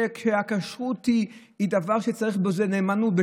הכשרות היא דבר שצריך בו נאמנות,